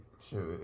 sure